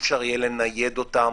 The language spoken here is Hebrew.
אי-אפשר יהיה לנייד אותם,